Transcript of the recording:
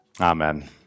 Amen